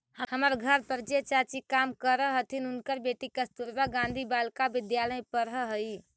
हमर घर पर जे चाची काम करऽ हथिन, उनकर बेटी कस्तूरबा गांधी बालिका विद्यालय में पढ़ऽ हई